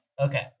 Okay